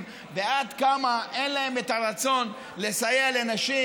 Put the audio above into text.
ועד כמה אין להם את הרצון לסייע לנשים,